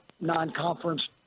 non-conference